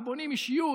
ובונים אישיות,